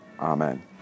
Amen